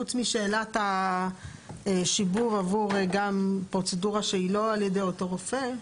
חוץ משאלת השיבוב עבור גם פרוצדורה שהיא לא על ידי אותו רופא,